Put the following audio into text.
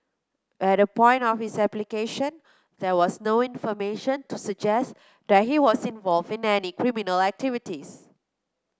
at the point of his application there was no information to suggest that he was involved in any criminal activities